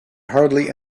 hardly